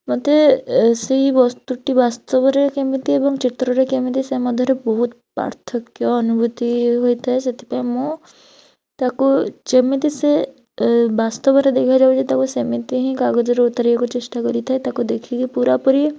ମୋତେ ସେହି ବସ୍ତୁଟି ବାସ୍ତବରେ କେମିତି ଏବଂ ଚିତ୍ରରେ କେମିତି ସେ ମଧ୍ୟରେ ବହୁତ ପାର୍ଥକ୍ୟ ଅନୁଭୂତି ହୋଇଥାଏ ସେଥିପାଇଁ ମୁଁ ତାକୁ ଯେମିତି ସେ ବାସ୍ତବରେ ଦେଖାଯାଉଛି ତାକୁ ସେମିତି ହିଁ କାଗଜରେ ଉତାରିବାକୁ ଚେଷ୍ଟା କରିଥାଏ ତାକୁ ଦେଖିକି ପୁରାପୁରି